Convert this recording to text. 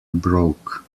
broke